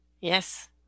yes